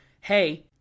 hey